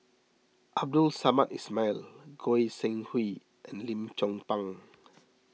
Abdul Samad Ismail Goi Seng Hui and Lim Chong Pang